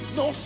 no